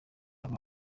uba